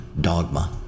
dogma